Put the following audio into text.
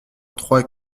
trois